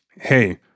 hey